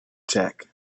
jack